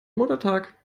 muttertag